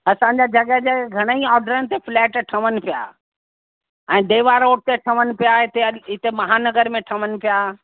असांजा जॻह जॻह घणेई ऑडरनि ते फ्लैट ठहनि पिया ऐं देवा रोड ते ठहनि पिया हिते अॼ हिते महानगर में ठहनि पिया